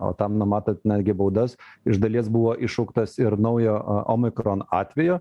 o tam numatant netgi baudas iš dalies buvo iššauktas ir naujo omikron atvejo